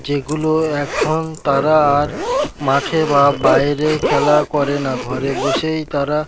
যেগুলো এখন তারা আর মাঠে বা বাইরে খেলা করে না ঘরে বসেই তারা